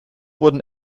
wurden